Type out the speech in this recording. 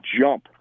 jump